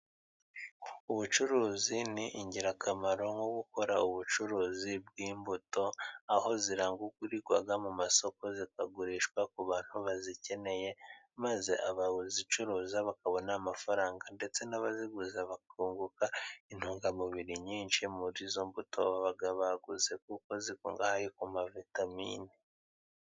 Ubucuruzi ni ingirakamaro nko gukora ubucuruzi bw'imbuto, aho zirangagurirwa mu masoko zikagurishwa ku bantu bazikeneye, maze abazicuruza bakabona amafaranga, ndetse n'abaziguze bakunguka intungamubiri nyinshi ,muri izo mbuto baba baguze kuko zikungahaye ku ma vitamine.